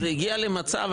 זה הגיע למצב,